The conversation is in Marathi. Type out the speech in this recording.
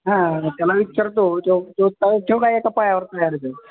हां त्याला विचारतो तो तो काय तो काय एका पायावर तयार आहे तो